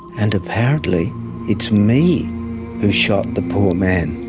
and apparently it's me who shot the poor man.